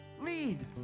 Lead